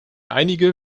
einige